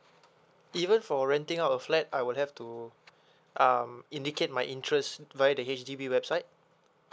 even for renting out a flat I would have to um indicate my interest via the H_D_B website